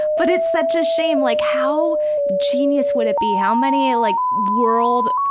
but it's such a shame, like how genius would it be, how many like world,